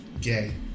Gay